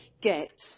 get